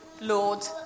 Lord